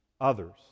others